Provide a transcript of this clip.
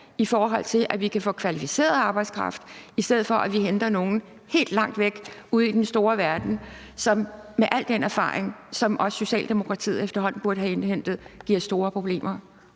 i forhold til at vi kan få kvalificeret arbejdskraft, i stedet for at vi henter nogle helt langt væk ude i den store verden, der med al den erfaring, som også Socialdemokratiet efterhånden burde have indhentet, giver store problemer.